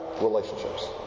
relationships